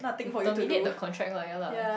he terminate the contract one yea lah